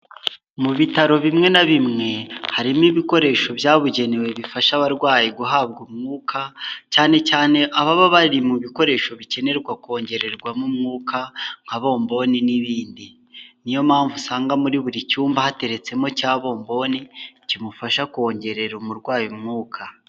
Mu bitaro bimwe na bimwe, harimo ibikoresho byabugenewe bifasha abarwayi guhabwa umwuka, cyane cyane ababa bari mu bikoresho bikenerwa kongererwamo umwuka nka bomboni n'ibindi. Niyo mpamvu usanga muri buri cyumba hateretsemo cya bombini kimufasha kongerera umurwayi umwuka.